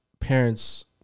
parents